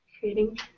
creating